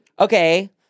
Okay